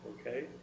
okay